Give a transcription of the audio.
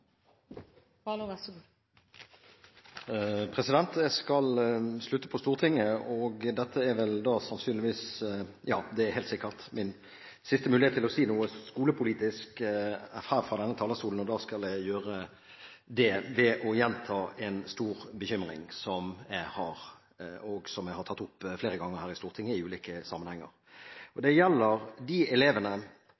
min siste mulighet til å si noe skolepolitisk fra denne talerstolen. Da skal jeg gjøre det ved å gjenta en stor bekymring som jeg har, og som jeg har tatt opp flere ganger her i Stortinget i ulike sammenhenger. Det gjelder de elevene som ikke er gjennomsnittselever i gjennomsnittsskolen. Det er de elevene som er svakere eller sterkere enn gjennomsnittseleven rent faglig og